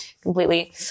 completely